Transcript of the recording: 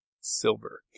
Silver